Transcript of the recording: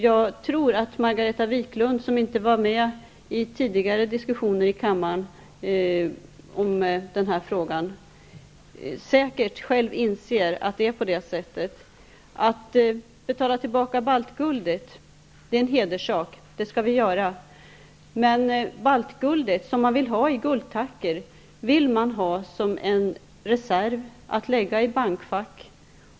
Jag tror att Margareta Viklund, som inte var med i tidigare diskussioner i kammaren om den här frågan, säkerligen själv inser att det är på det sättet. Att betala tillbaka baltguldet är en hederssak, och det skall vi göra, men baltguldet, som man vill skall betalas i form av guldtackor, vill man ha som en reserv att lägga i bankfack.